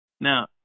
Now